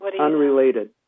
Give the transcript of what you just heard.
unrelated